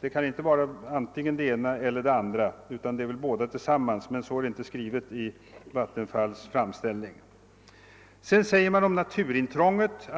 Det kan inte vara antingen det ena eller det andra, utan det måste vara båda tillsammans. Men så är det inte skrivet i Vattenfalls framställning. Sedan säger man om naturintrånget